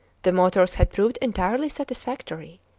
the motors had proved entirely satisfactory,